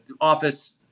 office